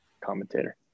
commentator